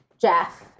Jeff